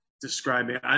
describing